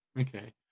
okay